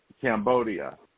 Cambodia